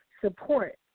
support